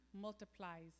multiplies